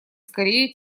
скорее